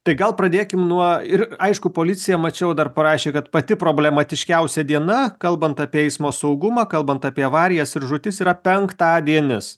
tai gal pradėkim nuo ir aišku policija mačiau dar parašė kad pati problematiškiausia diena kalbant apie eismo saugumą kalbant apie avarijas ir žūtis yra penktadienis